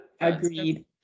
Agreed